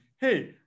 Hey